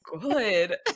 good